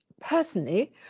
personally